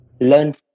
learn